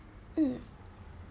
mm